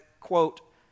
quote